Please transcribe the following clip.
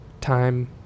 time